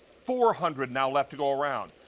four hundred now left to go around.